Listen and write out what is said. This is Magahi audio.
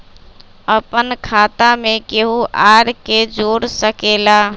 अपन खाता मे केहु आर के जोड़ सके ला?